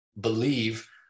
believe